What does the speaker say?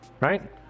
right